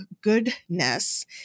goodness